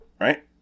right